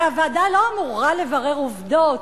הרי הוועדה לא אמורה לברר עובדות,